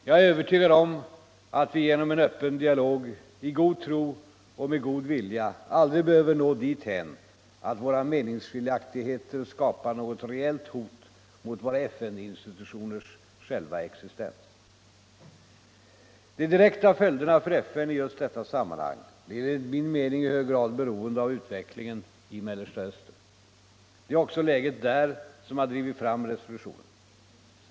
Jag är övertygad om att vi genom en öppen dialog, i god tro och med god vilja aldrig behöver nå dithän att våra meningsskiljaktigheter skapar något reellt hot mot våra FN-institutioners själva existens.” E De direkta följderna för FN i just detta sammanhang blir enligt min mening i hög grad beroende av utvecklingen i Mellersta Östern. Det är också läget där som har drivit fram resolutionen.